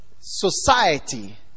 society